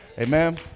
amen